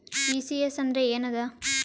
ECS ಅಂದ್ರ ಏನದ?